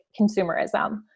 consumerism